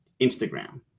Instagram